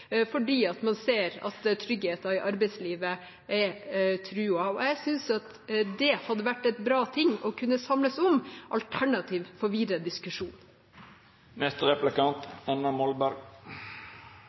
fordi man ser at tryggheten i arbeidslivet er truet. Jeg syns det hadde vært en bra ting å kunne samles om; alternativ for videre